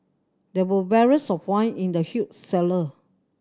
there were barrels of wine in the huge cellar